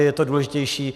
Je to důležitější.